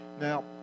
now